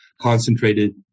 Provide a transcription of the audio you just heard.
concentrated